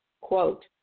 quote